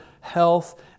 health